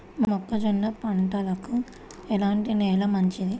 మొక్క జొన్న పంటకు ఎలాంటి నేల మంచిది?